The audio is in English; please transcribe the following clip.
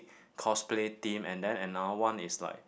cosplay team and then another one is like